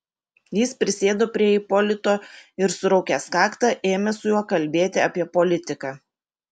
jis prisėdo prie ipolito ir suraukęs kaktą ėmė su juo kalbėti apie politiką